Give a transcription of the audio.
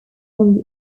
from